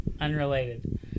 Unrelated